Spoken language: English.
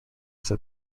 that